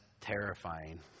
terrifying